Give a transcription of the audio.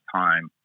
time